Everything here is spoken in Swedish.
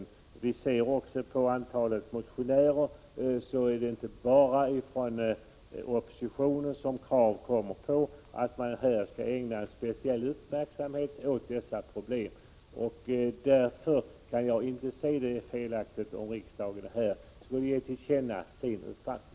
Om vi ser på motionerna finner vi att det inte bara är från oppositionens sida som man ställer krav på att speciell uppmärksamhet skall ägnas åt dessa problem. Jag kan inte se att det skulle vara felaktigt att riksdagen här ger sin uppfattning till känna.